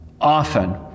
often